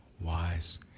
wise